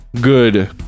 good